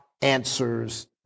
answers